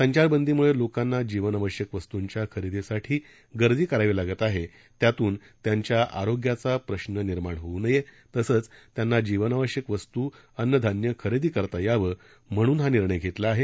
संचारबंदीमुळे लोकांना जीवनावश्यक वस्तूंच्या खरेदीसाठी गर्दी करावी लागत हे त्यातून त्यांच्या रोग्याचा प्रश्न निर्माण होऊ नये तसंच त्यांना जीवनावश्यक वस्तू अन्न धान्य खरेदी करता यावं म्हणून हा निर्णय घेतला आ हे